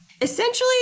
essentially